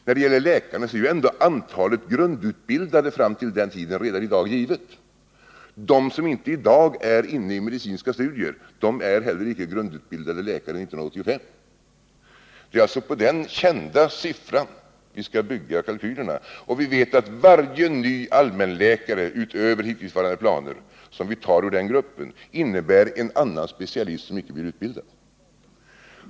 När det gäller läkarna är ju antalet grundutbildade fram till den tiden redan i dag givet; de som inte i dag är inne i medicinska studier är heller icke grundutbildade läkare 1985. Det är alltså på den kända siffran vi skall bygga kalkylerna, och vi vet att varje ny allmänläkare, utöver hittillsvarande planer, som vi tar ur den gruppen innebär att en annan specialist inte blir utbildad.